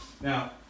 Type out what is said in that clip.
Now